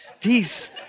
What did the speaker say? peace